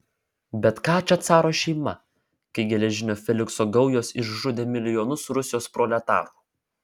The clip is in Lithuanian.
bet ką čia caro šeima kai geležinio felikso gaujos išžudė milijonus rusijos proletarų